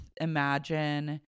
imagine